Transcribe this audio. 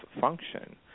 function